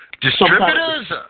distributors